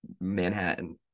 Manhattan